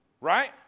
Right